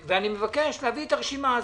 מבקש להביא את הרשימה הזאת.